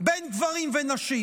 בין גברים ונשים,